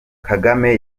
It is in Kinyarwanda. kagame